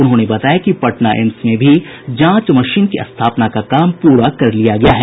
उन्होंने बताया कि पटना एम्स में भी जांच मशीन की स्थापना का काम पूरा कर लिया गया है